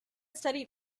studied